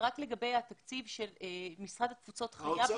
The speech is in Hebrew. לגבי התקציב של משרד התפוצות --- האוצר